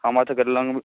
हमर सबके लग